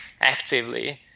actively